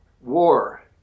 war